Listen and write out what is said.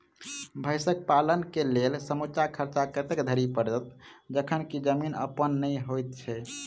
भैंसक पालन केँ लेल समूचा खर्चा कतेक धरि पड़त? जखन की जमीन अप्पन नै होइत छी